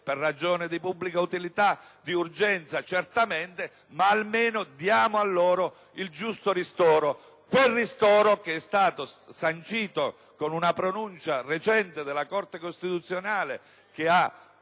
per ragioni di pubblica utilità e di urgenza, certamente, ma almeno diamo loro il giusto ristoro! Quel ristoro che è stato sancito con una pronuncia recente della Corte costituzionale, che ha